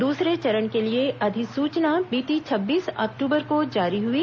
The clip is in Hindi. दूसरे चरण के लिए अधिसूचना बीती छब्बीस अक्टूबर को जारी हुई